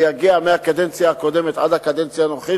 מייגע, מהקדנציה הקודמת עד הקדנציה הנוכחית,